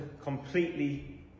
completely